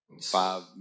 Five